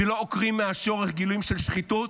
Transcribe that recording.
כשלא עוקרים מהשורש גילויים של שחיתות,